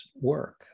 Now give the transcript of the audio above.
work